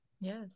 Yes